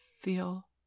feel